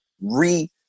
re